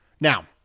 Now